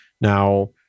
Now